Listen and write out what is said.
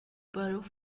borough